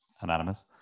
Anonymous